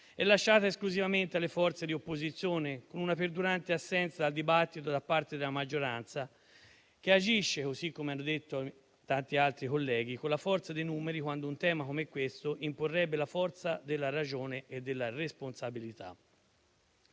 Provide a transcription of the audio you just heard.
è lasciata esclusivamente alle forze di opposizione, con una perdurante assenza dal dibattito da parte della maggioranza, che agisce - così come hanno detto tanti altri colleghi - con la forza dei numeri, quando un tema come questo imporrebbe la forza della ragione e della responsabilità.